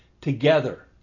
together